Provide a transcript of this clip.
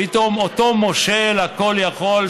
פתאום אותו מושל כל-יכול,